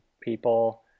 people